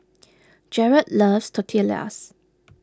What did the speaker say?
Gerald loves Tortillas